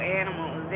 animals